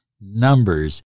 numbers